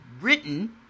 written